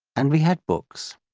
and we had books.